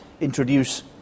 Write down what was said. introduce